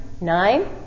Nine